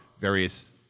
various